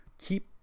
Keep